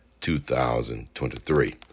2023